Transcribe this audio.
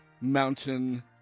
Mountain